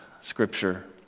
Scripture